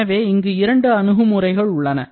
எனவே இங்கு இரண்டு அணுகுமுறைகள் உள்ளன